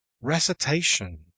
recitation